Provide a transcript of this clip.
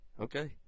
Okay